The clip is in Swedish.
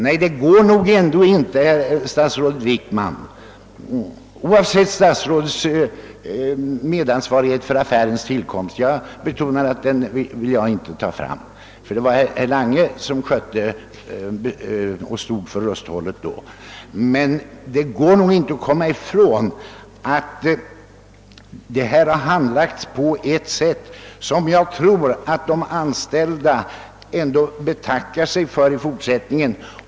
Nej, det går nog ändå inte, statsrådet Wickman, oavsett statsrådets medansvarighet eller inte för affärens tillkomst — jag betonar, att jag inte vill dra fram denna sak, eftersom det var herr Lange som stod för rusthållet vid det tillfället — att komma ifrån att denna affär har handlagts på ett sätt som jag tror att de anställda betackar sig för i fortsättningen.